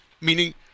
meaning